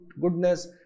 goodness